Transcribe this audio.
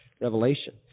Revelation